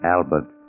Albert